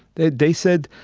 they they said,